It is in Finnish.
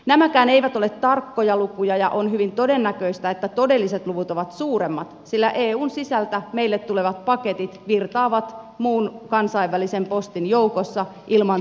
nämäkään eivät ole tarkkoja lukuja ja on hyvin todennäköistä että todelliset luvut ovat suuremmat sillä eun sisältä meille tulevat paketit virtaavat muun kansainvälisen postin joukossa ilman tiukkaa valvontaa